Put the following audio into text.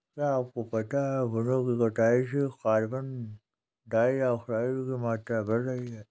क्या आपको पता है वनो की कटाई से कार्बन डाइऑक्साइड की मात्रा बढ़ रही हैं?